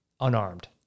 Unarmed